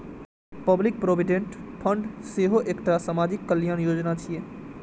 public provident fund सेहो एकटा सामाजिक कल्याण योजना छियै